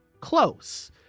close